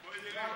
בוא נראה.